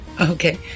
Okay